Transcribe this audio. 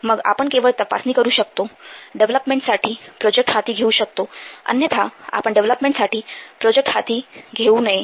मग आपण केवळ तपासणी करू शकतो डेव्हलपमेंटसाठी प्रोजेक्ट हाती घेऊ शकतो अन्यथा आपण डेव्हलपमेंटसाठी प्रोजेक्ट हाती घेऊ नये